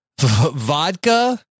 vodka